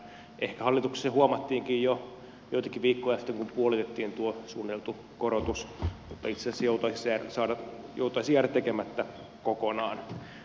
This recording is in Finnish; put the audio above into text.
ehkä hallituksessa se huomattiinkin jo joitakin viikkoja sitten kun puolitettiin tuo suunniteltu korotus mutta itse asiassa se joutaisi jäädä tekemättä kokonaan